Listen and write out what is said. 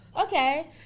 Okay